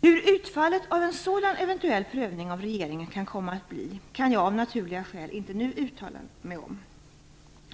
Hur utfallet av en sådan eventuell prövning av regeringen kan komma att bli kan jag av naturliga skäl inte nu uttala mig om.